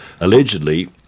Allegedly